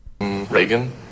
Reagan